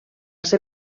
ser